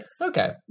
Okay